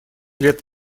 лет